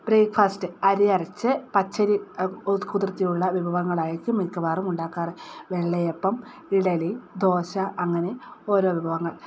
breakfast അരി അരച്ച് പച്ചരി കുതിർത്തിയുള്ള വിഭവങ്ങൾ ആയിരിക്കും മിക്കവാറും ഉണ്ടാക്കാറ് വെള്ളയപ്പം ഇഡ്ഡലി ദോശ അങ്ങനെ ഓരോ വിഭവങ്ങൾ